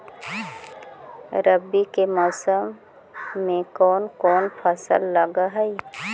रवि के मौसम में कोन कोन फसल लग है?